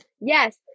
yes